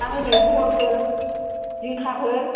मा होनो बहलफोर जिंखाफोर